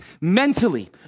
mentally